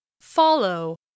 Follow